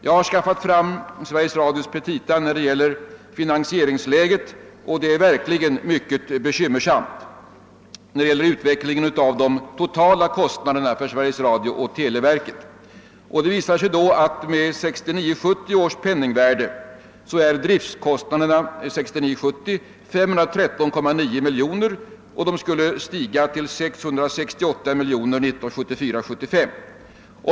Jag har skaffat fram Sveriges Radios petita när det gäller finansieringsläget, och det är verkligen mycket bekymmersamt när det gäller utvecklingen av de totala kostnaderna för Sveriges Radio och televerket. Det visar sig att med 1969 75.